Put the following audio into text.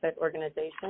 organization